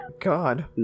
God